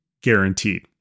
guaranteed